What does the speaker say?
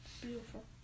Beautiful